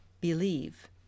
believe